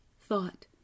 thought